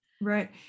right